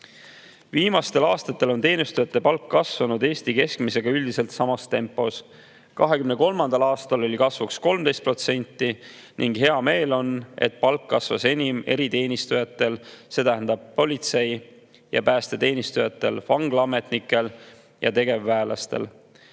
Viimastel aastatel on teenistujate palk kasvanud Eesti keskmise [palgaga] üldiselt samas tempos. 2023. aastal oli kasv 13% ning on hea meel, et palk kasvas enim eriteenistujatel, see tähendab politseis ja päästeteenistujatel, vanglaametnikel ja tegevväelastel.